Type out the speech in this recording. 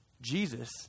Jesus